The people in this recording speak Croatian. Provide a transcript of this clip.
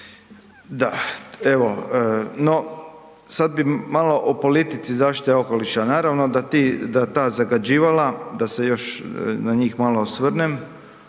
Da, evo, no sad bi malo o politici zaštite okoliša. Naravno da ti, da ta zagađivala, da se još na njih malo osvrnem.